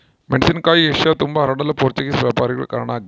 ಮೆಣಸಿನಕಾಯಿ ಏಷ್ಯತುಂಬಾ ಹರಡಲು ಪೋರ್ಚುಗೀಸ್ ವ್ಯಾಪಾರಿಗಳು ಕಾರಣ ಆಗ್ಯಾರ